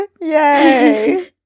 Yay